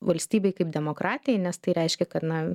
valstybei kaip demokratijai nes tai reiškia kad na